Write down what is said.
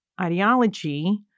ideology